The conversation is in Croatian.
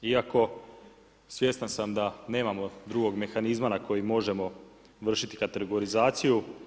Iako svjestan sam da nemamo drugog mehanizma na koji možemo vršiti kategorizaciju.